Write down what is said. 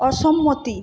অসম্মতি